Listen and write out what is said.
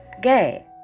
gay